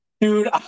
Dude